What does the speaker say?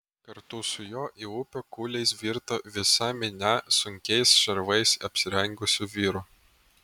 kartu su juo į upę kūliais virto visa minia sunkiais šarvais apsirengusių vyrų